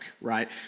right